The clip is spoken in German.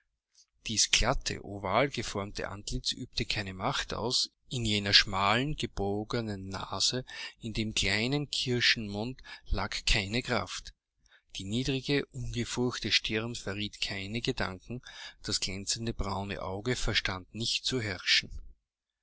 dies glatte oval geformte antlitz übte keine macht aus in jener schmalen gebogenen nase in dem kleinen kirschenmund lag keine kraft die niedrige ungefurchte stirn verriet keine gedanken das glänzende braune auge verstand nicht zu herrschen